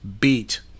beat